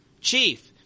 chief